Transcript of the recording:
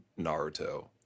Naruto